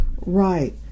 Right